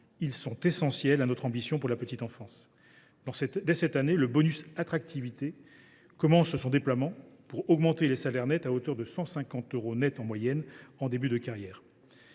qui sont essentiels à notre ambition pour la petite enfance. Dès cette année, le bonus attractivité commence son déploiement, pour augmenter les salaires nets à hauteur de 150 euros en moyenne en début de carrière.